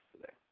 today